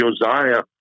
Josiah